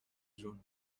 جون